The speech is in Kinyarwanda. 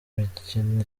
mikino